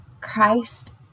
Christ